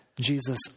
Jesus